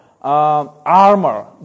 armor